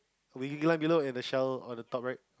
below and a shell on the top right